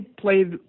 played –